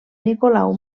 nicolau